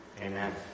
Amen